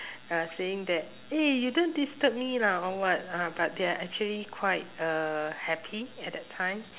uh saying that eh you don't disturb me lah or what uh but they're actually quite uh happy at that time